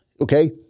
Okay